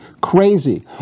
crazy